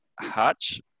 Hutch